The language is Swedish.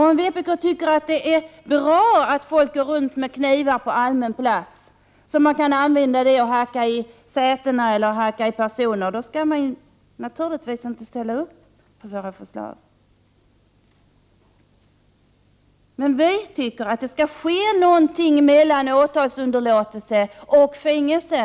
Om vpk tycker det är bra att folk går omkring med knivar på allmän plats, att hacka i sätena med eller att hacka i andra människor med, då skall man naturligtvis inte ställa upp på våra förslag. Vi tycker att det skall finnas någonting emellan åtalsunderlåtelse och fängelse.